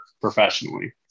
professionally